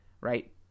right